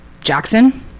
Jackson